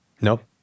Nope